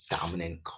dominant